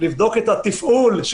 למה פתאום?